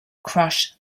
crush